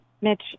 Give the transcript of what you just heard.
Mitch